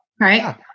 Right